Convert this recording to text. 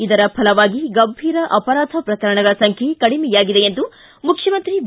ಇದರ ಫಲವಾಗಿ ಗಂಭೀರ ಅಪರಾಧ ಪ್ರಕರಣಗಳ ಸಂಖ್ಯೆ ಕಡಿಮೆಯಾಗಿದೆ ಎಂದು ಮುಖ್ಯಮಂತ್ರಿ ಬಿ